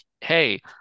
hey